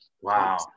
Wow